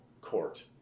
court